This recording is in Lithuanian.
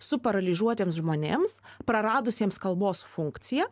suparalyžiuotiems žmonėms praradusiems kalbos funkciją